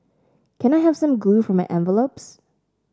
can I have some glue for my envelopes